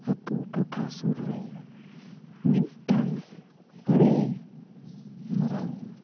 ᱟᱛᱳ ᱴᱚᱴᱷᱟ ᱥᱩᱨ ᱨᱮ ᱢᱤᱫᱴᱟᱝ ᱟᱹᱰᱤ ᱢᱟᱨᱟᱝ